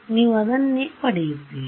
ನೀವು ಅದನ್ನೇ ಪಡೆಯುತ್ತೀರಿ